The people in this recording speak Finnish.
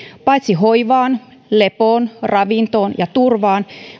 paitsi hoivaan lepoon ravintoon ja turvaan